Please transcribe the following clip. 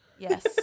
Yes